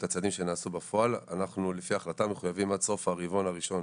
הצעדים שנעשו בפועל אנחנו לפי ההחלטה מחויבים עד סוף הרבעון הראשון